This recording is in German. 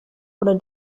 oder